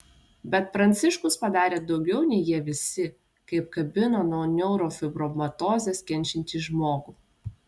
bet pranciškus padarė daugiau nei jie visi kai apkabino nuo neurofibromatozės kenčiantį žmogų